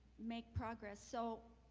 make progress. so